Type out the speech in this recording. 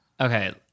Okay